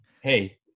hey